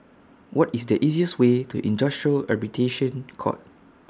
What IS The easiest Way to Industrial Court